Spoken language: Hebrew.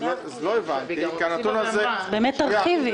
באמת תרחיבי.